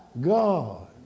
God